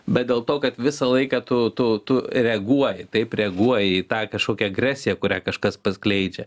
bet dėl to kad visą laiką tu tu tu reaguoji taip reaguoji į tą kažkokią agresiją kurią kažkas paskleidžia